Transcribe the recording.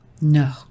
No